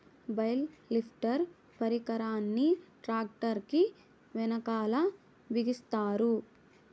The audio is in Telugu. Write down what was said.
బేల్ లిఫ్టర్ పరికరాన్ని ట్రాక్టర్ కీ వెనకాల బిగిస్తారు